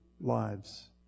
lives